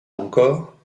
encore